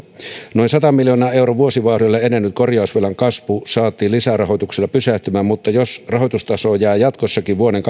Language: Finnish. noin sadan miljoonan euron vuosivauhdilla edennyt korjausvelan kasvu saatiin lisärahoituksella pysähtymään mutta jos rahoitustaso jää jatkossakin vuoden